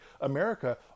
America